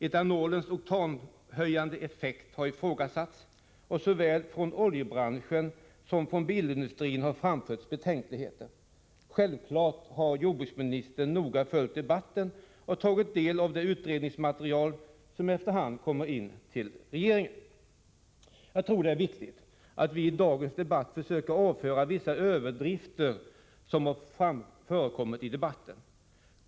Etanolens oktanhöjande effekt har ifrågasatts, och från såväl oljebranschen som bilindustrin har framförts betänkligheter. Självfallet har jordbruksministern noga följt debatten och tagit del av det utredningsmaterial som efter hand kommer in till regeringen. Jag tror att det är viktigt att vi i dagens diskussion försöker att avföra vissa överdrifter som har förekommit i debatten.